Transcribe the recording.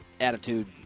attitude